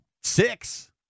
six